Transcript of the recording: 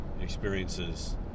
experiences